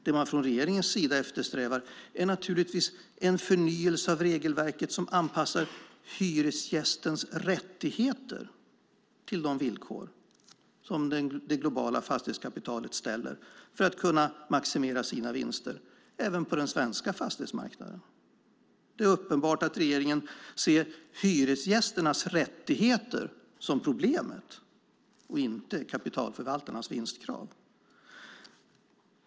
Det man från regeringens sida eftersträvar är naturligtvis en förnyelse av regelverket som anpassar hyresgästens rättigheter till de villkor som det globala fastighetskapitalet ställer för att kunna maximera sina vinster även på den svenska fastighetsmarknaden. Det är uppenbart att regeringen ser hyresgästernas rättigheter som problemet och inte kapitalförvaltarnas vinstkrav.